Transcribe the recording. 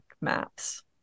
maps